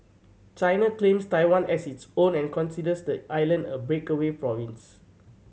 China claims Taiwan as its own and considers the island a breakaway province